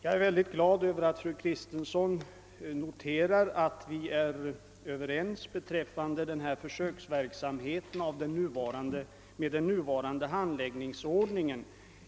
Herr talman! Jag är glad över att fru Kristensson noterar att vi är överens beträffande försöksverksamheten med den nuvarande handläggningsordningen.